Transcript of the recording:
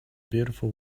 beautiful